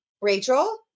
Rachel